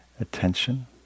attention